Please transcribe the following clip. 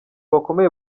bakomeye